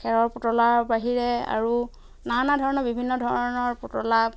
খেৰৰ পুতলাৰ বাহিৰে আৰু নানা ধৰণৰ বিভিন্ন ধৰণৰ পুতলা